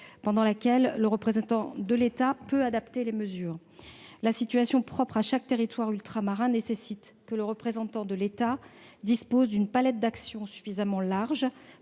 pendant laquelle le représentant de l'État peut adapter les mesures. La situation propre à chaque territoire ultramarin nécessite que les représentants de l'État disposent d'une palette d'actions suffisamment large